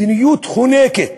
מדיניות חונקת,